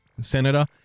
Senator